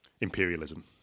imperialism